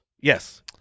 Yes